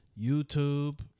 YouTube